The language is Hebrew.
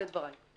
אלה דבריי.